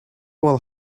will